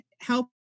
help